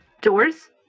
Doors